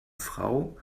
frau